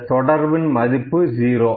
அந்த தொடர்பின் மதிப்பு 0